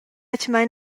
atgnamein